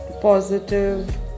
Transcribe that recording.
positive